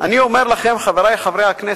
אני אומר לכם, חברי חברי הכנסת,